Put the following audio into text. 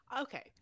Okay